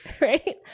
right